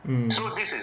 mm